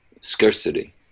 scarcity